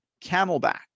Camelback